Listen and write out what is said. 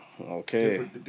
Okay